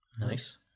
Nice